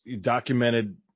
documented